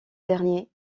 dernier